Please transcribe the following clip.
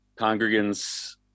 congregants